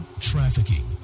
Trafficking